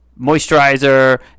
moisturizer